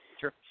Sure